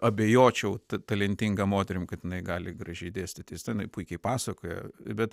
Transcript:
abejočiau ta talentinga moterim kad jinai gali gražiai dėstyti jis ten puikiai pasakoja bet